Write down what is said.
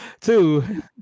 Two